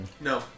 No